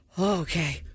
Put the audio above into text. okay